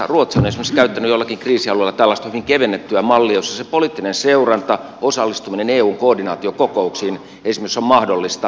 ruotsi on esimerkiksi käyttänyt joillakin kriisialueilla tällaista hyvin kevennettyä mallia jossa se poliittinen seuranta osallistuminen eu koordinaatiokokouksiin esimerkiksi on mahdollista